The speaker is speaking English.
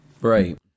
Right